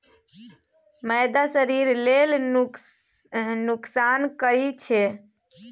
मैदा शरीर लेल नोकसान करइ छै